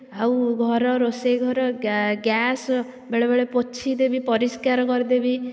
ଆଉ ଘର ରୋଷେଇ ଘର ଗ୍ୟାସ ବେଳେବେଳେ ପୋଛିଦେବି ପରିଷ୍କାର କରିଦେବି